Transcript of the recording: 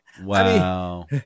Wow